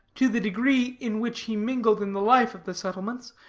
to the degree in which he mingled in the life of the settlements,